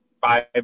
five